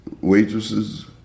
waitresses